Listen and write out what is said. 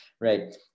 right